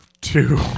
two